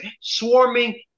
swarming